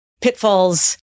pitfalls